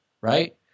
right